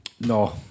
No